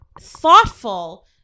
thoughtful